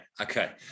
okay